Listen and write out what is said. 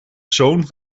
zoon